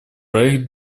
проект